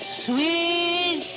sweet